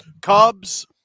Cubs